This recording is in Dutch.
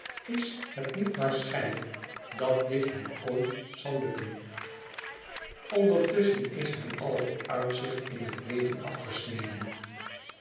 is het niet waarschijnlijk dat dit hem ooit zal gelukken ondertusschen is hem alle vooruitzicht in het leven afgesneden